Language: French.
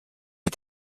les